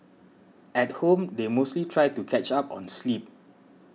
at home they mostly try to catch up on sleep